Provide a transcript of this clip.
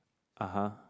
(uh huh)